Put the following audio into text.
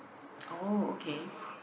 orh okay